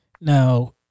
now